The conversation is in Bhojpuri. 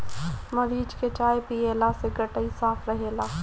मरीच के चाय पियला से गटई साफ़ रहेला